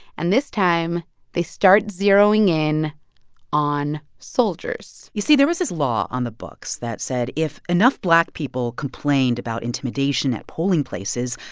and this time they start zeroing in on soldiers you see there was this law on the books that said if enough black people complained about intimidation at polling places,